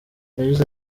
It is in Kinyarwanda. yagize